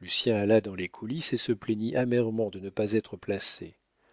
lucien alla dans les coulisses et se plaignit amèrement de ne pas être placé